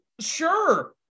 Sure